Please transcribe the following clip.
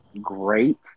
great